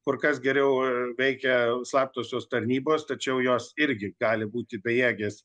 kur kas geriau veikia slaptosios tarnybos tačiau jos irgi gali būti bejėgės